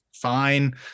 Fine